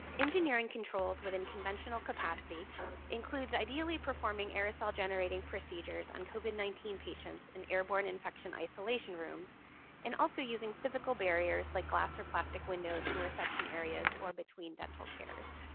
engineering controls within conventional capacity includes ideally performing aerosol-generating procedures on covid nineteen patients in airborne infection isolation rooms and also using physical barriers like glass or plastic windows in reception areas or between dental chairs.